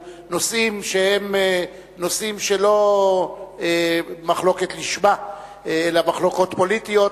נושאים שהם לא מחלוקת לשמה אלא מחלוקות פוליטיות,